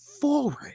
forward